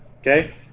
Okay